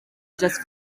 just